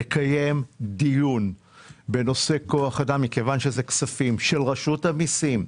לקיים דיון בנושא כוח האדם של רשות המיסים,